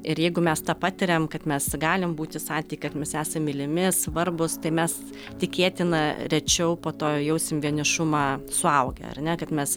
ir jeigu mes tą patiriam kad mes galim būti santykyje kad mes esam mylimi svarbūs tai mes tikėtina rečiau po to jausim vienišumą suaugę ar ne kad mes